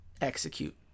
execute